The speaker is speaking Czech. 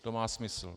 To má smysl.